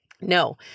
No